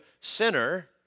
sinner